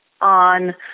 on